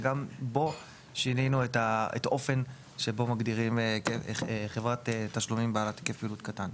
שגם בו שינינו את האופן שבו מגדירים חברת תשלומים בעלת היקף פעילות קטן.